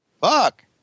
Fuck